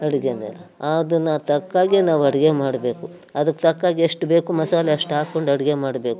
ಅಡುಗೆನ ಅದನ್ನು ತಕ್ಕ ಹಾಗೇ ನಾವು ಅಡುಗೆ ಮಾಡಬೇಕು ಅದಕ್ಕೆ ತಕ್ಕಾಗೆ ಎಷ್ಟು ಬೇಕು ಮಸಾಲೆ ಅಷ್ಟು ಹಾಕ್ಕೊಂಡು ಅಡುಗೆ ಮಾಡಬೇಕು